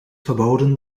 verboden